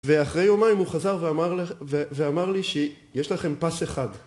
ואחרי יומיים הוא חזר ואמר לי שיש לכם פס אחד